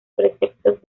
preceptos